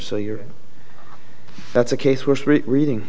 so you're that's a case we're reading